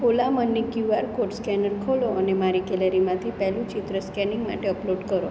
ઓલા money QR code scanner ખોલો અને મારી ગેલેરીમાંથી પેલું ચિત્ર સ્કેનિંગ માટે અપલોડ કરો